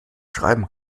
schreiben